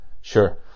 sure